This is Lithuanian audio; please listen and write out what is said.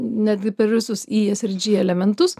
netgi per visus e s ir g elementus